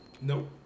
Nope